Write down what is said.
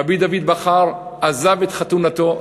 רבי דוד בכר עזב את חתונתו,